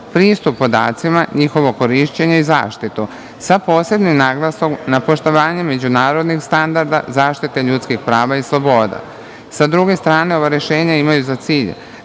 pristup podacima, njihovo korišćenje i zaštitu, sa posebnim naglaskom na poštovanja međunarodnih standarda zaštite ljudskih prava i sloboda. Sa druge strane, ova rešenja imaju za cilj